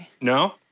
no